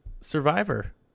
Survivor